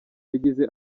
yagize